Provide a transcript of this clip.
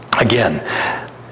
again